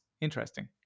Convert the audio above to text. interesting